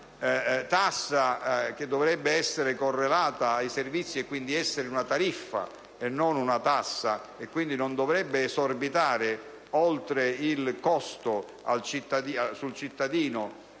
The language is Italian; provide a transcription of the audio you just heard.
tassa, che dovrebbe essere correlata ai servizi e quindi essere una tariffa (non una tassa) e in quanto tale non dovrebbe esorbitare oltre il costo sul cittadino